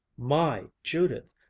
my judith!